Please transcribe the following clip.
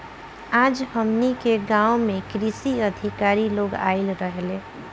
आज हमनी के गाँव में कृषि अधिकारी लोग आइल रहले